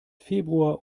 februar